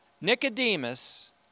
Nicodemus